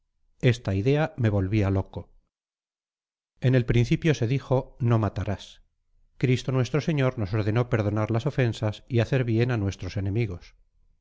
esta idea me volvía loco en el principio se dijo no matarás cristo nuestro señor nos ordenó perdonar las ofensas y hacer bien a nuestros enemigos